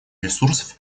ресурсов